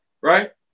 Right